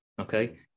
okay